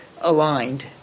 aligned